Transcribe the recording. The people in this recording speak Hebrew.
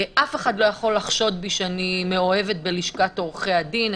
אף אחד לא יכול לחשוד בי שאני מאוהבת בלשכת עורכי הדין,